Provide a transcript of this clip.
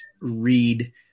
read